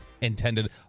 intended